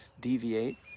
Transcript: deviate